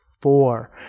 four